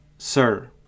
sir